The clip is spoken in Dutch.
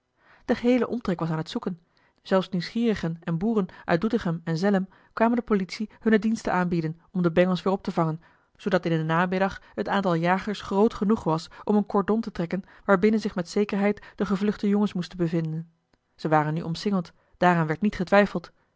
de geheele omtrek was aan het zoeken zelfs nieuwsgierigen en boeren uit doetinchem en zelhem kwamen de politie hunne diensten aanbieden om de bengels weer op te vangen zoodat in den namiddag het aantal jagers groot genoeg was om een cordon te trekken waar binnen zich met zekerheid de gevluchte jongens moesten bevinden ze waren nu omsingeld daaraan werd niet getwijfeld